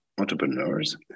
entrepreneurs